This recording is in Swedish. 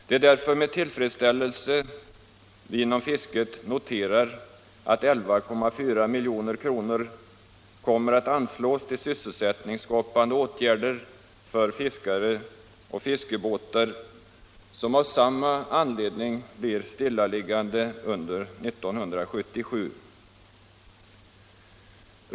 Det är därför med tillfredsställelse man inom fisket noterat att 11,4 milj.kr. kommer att anslås till sysselsättningsskapande åtgärder för fiskare och till fiskebåtar som av samma orsak blir stillaliggande under 1977.